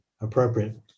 appropriate